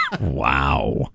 Wow